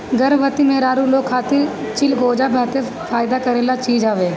गर्भवती मेहरारू लोग खातिर चिलगोजा बहते फायदा करेवाला चीज हवे